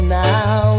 now